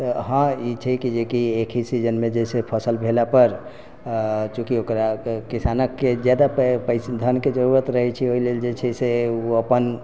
तऽ हँ ई छै कि एके ही सीजनके जैसे फसल भेला पर चूँकि ओकरा किसानके जादा पैसा धनके जरूरत रहैत छै ओहि लेल जे छै से ओ अपन